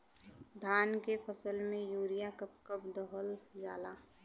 धान के फसल में यूरिया कब कब दहल जाला?